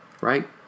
Right